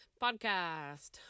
Podcast